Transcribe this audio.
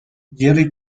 jerry